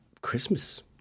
Christmas